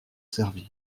servir